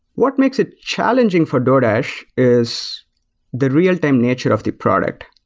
what makes it challenging for doordash is the real time nature of the product.